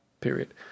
period